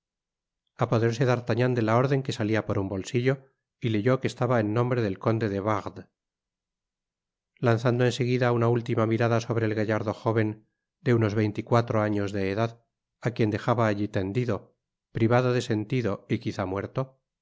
apoderóse d'artagnan de la orden que salia por un bolsillo y leyó que estaba en nombre del conde de wardes lanzando en seguida una última mirada sobre el gallardo jóven de unos veinticuatro años de edad á quien dejaba allí tendido privado de sentido y quizá muerto